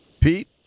Pete